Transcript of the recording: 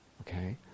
Okay